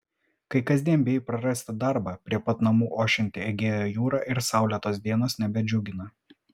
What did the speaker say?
kai kasdien bijai prarasti darbą prie pat namų ošianti egėjo jūra ir saulėtos dienos nebedžiugina